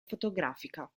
fotografica